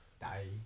Die